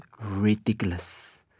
ridiculous